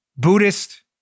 Buddhist